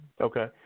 Okay